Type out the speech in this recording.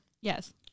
Yes